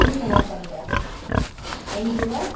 இருங்கள் நோட் பண்ணிக்கிறேன் nine zero